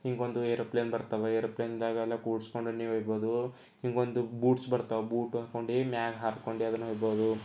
ಹೀಗೊಂದು ಎರೋಪ್ಲೇನ್ ಬರ್ತವೆ ಎರೋಪ್ಲೇನ್ದಾಗೆಲ್ಲ ಕೂಡಿಸ್ಕೊಂಡು ನೀವು ಇರ್ಬೋದು ಹೀಗೊಂದು ಬೂಟ್ಸ್ ಬರ್ತವೆ ಬೂಟ್ ಹಾಕ್ಕೊಂಡು ಮ್ಯಾಗೆ ಹಾರಿಕೊಂಡು ಅದನ್ನು ಇರ್ಬೋದು